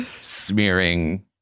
smearing